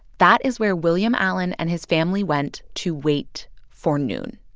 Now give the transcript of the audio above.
that is where william allen and his family went to wait for noon.